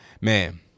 Man